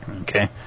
Okay